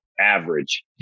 average